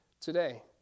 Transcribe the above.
today